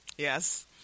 Yes